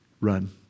run